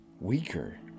weaker